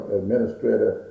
administrator